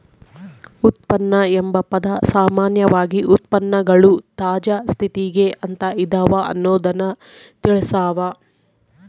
ಉತ್ಪನ್ನ ಎಂಬ ಪದ ಸಾಮಾನ್ಯವಾಗಿ ಉತ್ಪನ್ನಗಳು ತಾಜಾ ಸ್ಥಿತಿಗ ಅಂತ ಇದವ ಅನ್ನೊದ್ದನ್ನ ತಿಳಸ್ಸಾವ